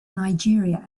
nigeria